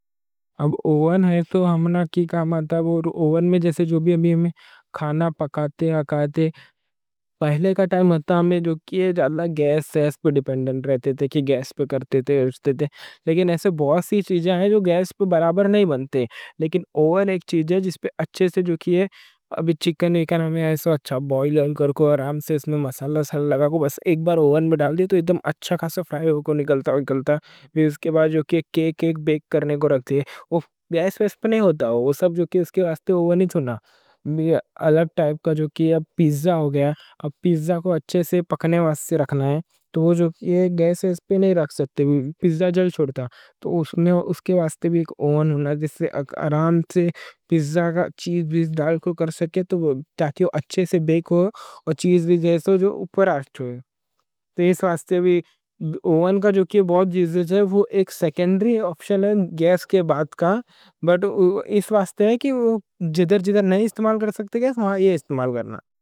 اگر اوون ہے تو ہمنا کوں کھانا پکانے میں کام آتا۔ پہلے ہم گیس پہ ڈیپنڈنٹ رہتے تھے، لیکن بہت سی چیزاں ہیں جو گیس پہ برابر نہیں بنتے۔ اوون ایک چیز ہے جس پہ اچھے سے چکن ہمنا کوں اچھا بوئل کرکو، آرام سے اس میں مسالا لگا کو، بس ایک بار اوون میں ڈال دے۔ کیک بیک کرنے کو رکھتے، وہ گیس پہ نہیں ہوتا، تو اس واسطے اوون ہی چنا، پیزا بھی۔ اب پیزا کوں اچھے سے پکنے واسطے رکھنا ہے تو جو گیس پہ نہیں رکھ سکتے، اس واسطے بھی اوون کا بہت استعمال ہے، وہ ایک سیکنڈری آپشن ہے گیس کے بعد۔ اس واسطے جیدر جیدر نہیں استعمال کر سکتے کے سماں یہ استعمال کرنا.